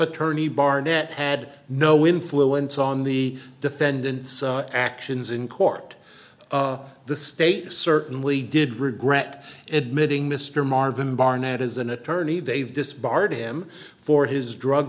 attorney barnett had no influence on the defendant's actions in court the state certainly did regret it miltie mr marvin barnett as an attorney they've disbarred him for his drug